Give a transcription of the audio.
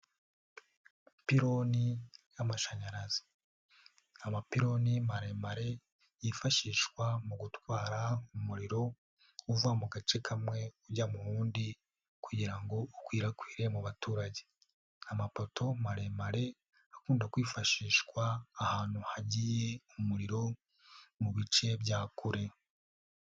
Ipironi y'amashanyarazi, amapiloni maremare yifashishwa mu gutwara umuriro uva mu gace kamwe ujya mu wundi kugira ngo ukwirakwire mu baturage, amapoto maremare akunda kwifashishwa ahantu hagiye umuriro mu bice bya kure.